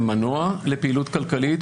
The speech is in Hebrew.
והם מנוע לפעילות כלכלית.